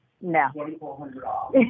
No